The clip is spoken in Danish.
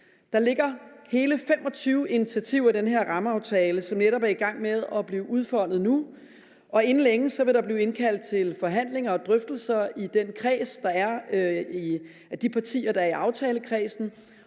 Der ligger hele 25 initiativer i den her rammeaftale, som netop er i gang med at blive udfoldet nu, og inden længe vil der blive indkaldt til forhandlinger og drøftelser i den kreds af partier, der er i aftalekredsen.